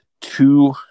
two